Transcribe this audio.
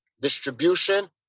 distribution